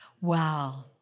Wow